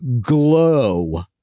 glow